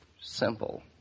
simple